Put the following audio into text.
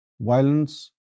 violence